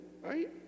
right